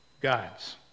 God's